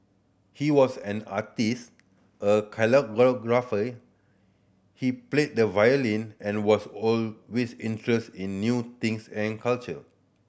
he was an artist a he played the violin and was always interested in new things and culture